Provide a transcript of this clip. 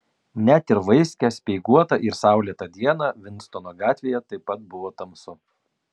net ir vaiskią speiguotą ir saulėtą dieną vinstono gatvėje taip pat buvo tamsu